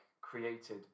created